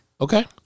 Okay